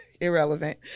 irrelevant